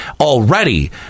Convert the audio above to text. already